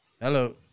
Hello